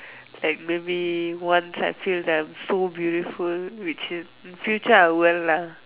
like maybe one side feel that I am so beautiful which in in future I will lah